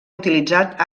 utilitzat